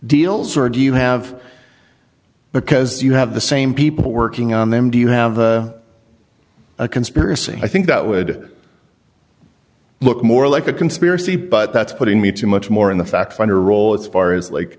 deals or do you have because you have the same people working on them do you have the a conspiracy i think that would look more like a conspiracy but that's putting me too much more in the fact finder role as far as like